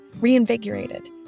reinvigorated